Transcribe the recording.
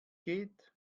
geht